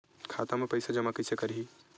खाता म पईसा जमा कइसे करही?